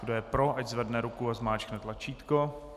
Kdo je pro, ať zvedne ruku a zmáčkne tlačítko.